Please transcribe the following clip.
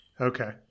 Okay